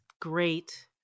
great